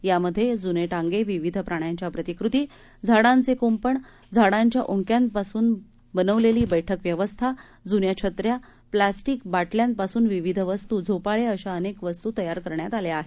यामध्ये जूने टांगे विविध प्राण्यांच्या प्रतिकृती झाडांचे कृंपण झाडांच्या ओंडक्यापासून बैठक व्यवस्था जुन्या छत्र्या प्लास्टिक बाटल्या पासून विविध वस्तू झोपाळे अश्या अनेक वस्तू तयार करण्यात आल्या आहेत